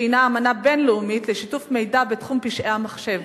שהיא אמנה בין-לאומית לשיתוף מידע בתחום פשעי המחשב